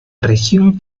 región